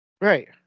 Right